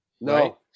No